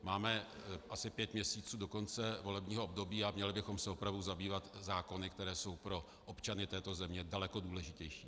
Máme asi pět měsíců do konce volebního období a měli bychom se opravdu zabývat zákony, které jsou pro občany této země daleko důležitější.